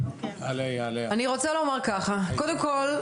אני רוצה לומר ככה: קודם כל,